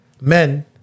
men